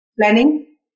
planning